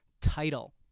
title